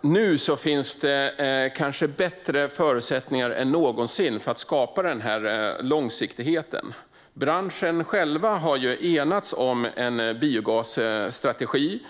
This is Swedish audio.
Nu finns det kanske bättre förutsättningar än någonsin att skapa denna långsiktighet. Branschen har enats om en biogasstrategi